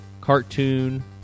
cartoon